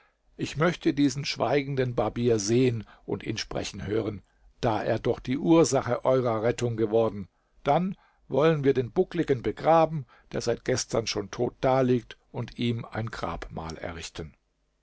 ich möchte diesen schweigenden barbier sehen und ihn sprechen hören da er doch die ursache eurer rettung geworden dann wollen wir den buckligen begraben der seit gestern schon tot daliegt und ihm ein grabmal errichten